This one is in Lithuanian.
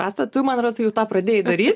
asta tu man rods jau tą pradėjai daryt